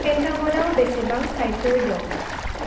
पेन्टागनाव बेसेबां साइदफोर दं